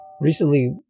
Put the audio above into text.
Recently